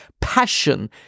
passion